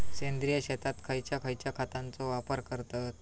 सेंद्रिय शेतात खयच्या खयच्या खतांचो वापर करतत?